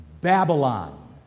Babylon